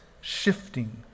shifting